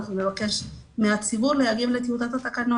אנחנו נבקש מהציבור להעיר לטיוטת התקנות